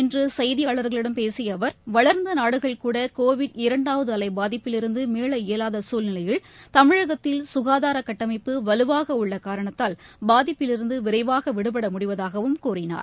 இன்றுசெய்தியாளர்களிடம் பேசியஅவர் சென்னையில் வளர்ந்தநாடுகள் கூட கோவிட் இரண்டாவதுஅலைபாதிப்பில் இருந்துமீள இயலாதசூழ்நிலையில் தமிழகத்தில் சுகாதாரகட்டமைப்பு வலுவாகஉள்ளகாரணத்தால் பாதிப்பிலிருந்துவிரைவாகவிடுபடமுடிவதாகவும் கூறினார்